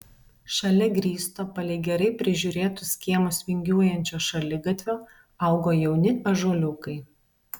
šalia grįsto palei gerai prižiūrėtus kiemus vingiuojančio šaligatvio augo jauni ąžuoliukai